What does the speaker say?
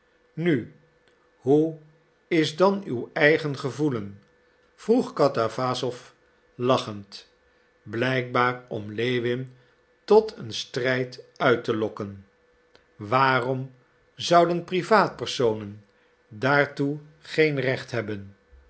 nu hoe is dan uw eigen gevoelen vroeg katawassow lachend blijkbaar om lewin tot een strijd uit te lokken waarom zouden privaatpersonen daartoe geen recht hebben